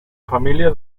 familia